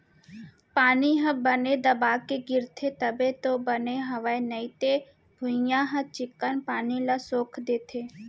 पानी ह बने दबा के गिरथे तब तो बने हवय नइते भुइयॉं ह चिक्कन पानी ल सोख देथे